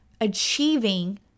achieving